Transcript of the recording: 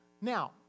Now